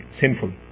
sinful